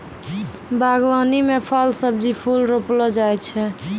बागवानी मे फल, सब्जी, फूल रौपलो जाय छै